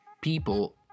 people